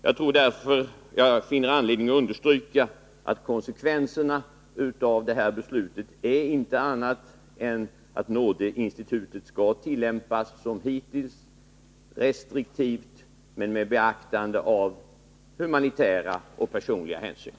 Jag finner därför anledning understryka att konsekvenserna av detta beslut inte är någonting annat än att nådeinstitutet skall tillämpas som hittills — restriktivt men med beaktande av humanitära och personliga hänsyn.